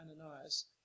Ananias